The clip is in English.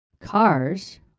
Cars